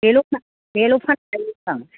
बेल'खा बेल' फानजायो जोंना